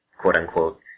quote-unquote